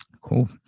Cool